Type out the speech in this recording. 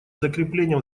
закрепления